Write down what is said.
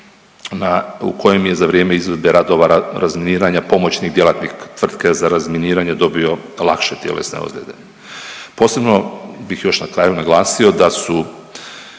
u kojem je za vrijeme izvedbe radova razminiranja pomoćni djelatnik tvrtke za razminiranje dobio lakše tjelesne ozlijede. Posebno bih još na kraju naglasio da su